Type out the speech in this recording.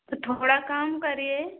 तो थोड़ा काम करिए